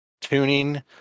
tuning